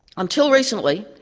until recently,